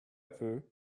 peu